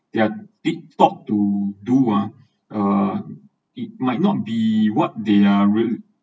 they’re did talked to do uh it might not be what they‘re real~